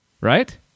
Right